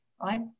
right